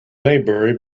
maybury